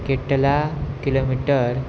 કેટલા કિલોમીટર